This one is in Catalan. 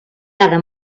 cada